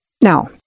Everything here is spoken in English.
Now